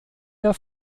der